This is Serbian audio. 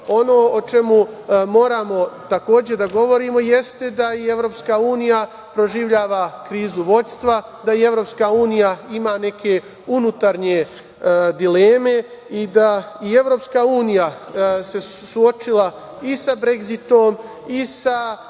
ono o čemu moramo takođe da govorimo, jeste da i Evropska unija proživljava krizu vođstva, da i Evropska unija ima neke unutrašnje dileme i da se i Evropska unija suočila sa Bregzitom i sa